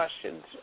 questions